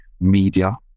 media